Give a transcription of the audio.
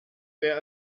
sehr